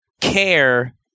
care